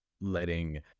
letting